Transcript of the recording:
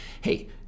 hey